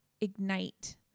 ignite